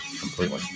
completely